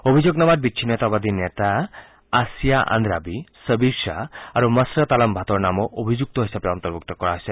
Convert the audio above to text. অভিযোগনামাত বিচ্ছিন্নতাবাদী নেতা আছিয়া আদ্ৰাবী ছবিৰ শ্বাহ আৰু মছৰত আলম ভাটৰ নামো অভিযুক্ত হিচাপে অন্তৰ্ভূক্ত কৰা হৈছে